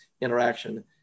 interaction